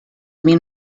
mil